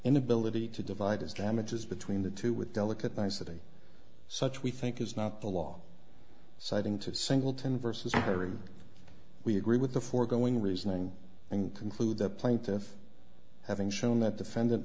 inability to divide as damages between the two with delicate nicety such we think is not the law citing to singleton versus perry we agree with the foregoing reasoning and conclude that plaintiff having shown that defendant